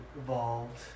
evolved